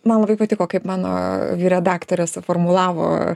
man labai patiko kaip mano vyrą daktaras suformulavo